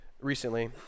recently